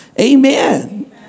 Amen